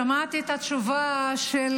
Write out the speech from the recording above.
שמעתי את התשובה של